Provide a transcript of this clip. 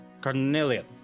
carnelian